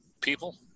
people